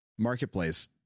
marketplace